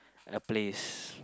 a place